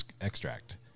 extract